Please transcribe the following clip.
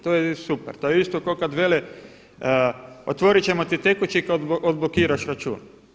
To je super, to je isto kao kada vele, otvoriti ćemo ti tekući kad odblokiraš račun.